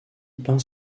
peint